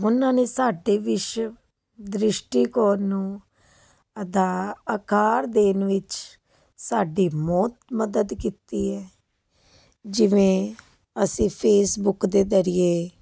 ਉਹਨਾਂ ਨੇ ਸਾਡੇ ਵਿਸ਼ਵ ਦ੍ਰਿਸ਼ਟੀਕੌਣ ਨੂੰ ਅਦਾ ਆਕਾਰ ਦੇਣ ਵਿੱਚ ਸਾਡੀ ਬੋਤ ਮਦਦ ਕੀਤੀ ਹੈ ਜਿਵੇਂ ਅਸੀਂ ਫੇਸਬੁਕ ਦੇ ਜਰੀਏ